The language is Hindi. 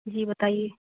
जी बताइए